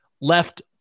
left